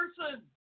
person